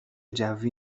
جوی